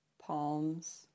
palms